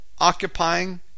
occupying